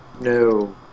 No